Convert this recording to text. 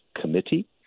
committee